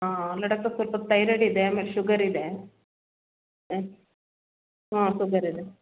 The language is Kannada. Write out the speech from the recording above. ಹಾಂ ಅಲ್ಲ ಡಾಕ್ಟ್ರ್ ಸ್ವಲ್ಪ ತೈರೈಡ್ ಇದೆ ಆಮೇಲೆ ಶುಗರ್ ಇದೆ ಹಾಂ ಶುಗರ್ ಇದೆ